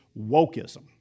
wokeism